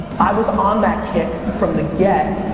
i was on that kick from the get,